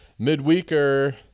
Midweeker